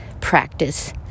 practice